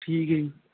ਠੀਕ ਹੈ ਜੀ